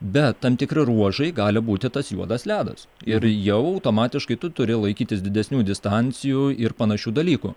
bet tam tikri ruožai gali būti tas juodas ledas ir jau automatiškai tu turi laikytis didesnių distancijų ir panašių dalykų